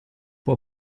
può